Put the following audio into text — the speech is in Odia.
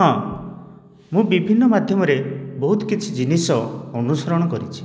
ହଁ ମୁଁ ବିଭିନ୍ନ ମାଧ୍ୟମରେ ବହୁତ କିଛି ଜିନିଷ ଅନୁସରଣ କରିଛି